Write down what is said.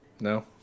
No